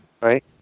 Right